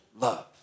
love